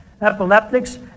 epileptics